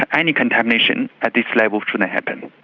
any contamination at this level shouldn't happen,